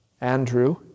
Andrew